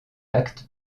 acte